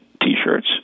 T-shirts